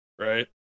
right